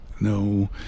No